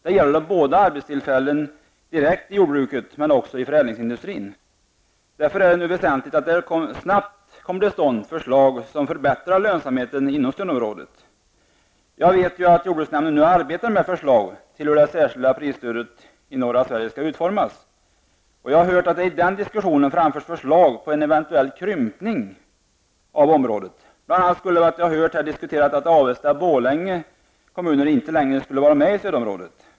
Det gäller både arbetstillfällen inom jordbruket och i förädlingsindustrin. Det är därför väsentligt att det snabbt kommer fram förslag som kan förbättra lönsamheten inom stödområdet. Jag vet att jordbruksnämnden nu arbetar med förslag till hur det särskilda prisstödet till norra Sverige skall utformas. Jag har hört att det i den diskussionen framförs förslag på en eventuell krympning av området. Bl.a. skulle man ha diskuterat att Avesta och Borlänge kommuner inte längre skulle vara med i stödområdet.